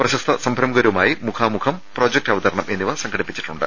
പ്രശസ്തസംരംഭകരുമായി മുഖാമുഖം പ്രോജക്ട് അവതരണം എന്നിവ സംഘടിപ്പിച്ചിട്ടുണ്ട്